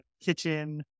kitchen